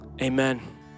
Amen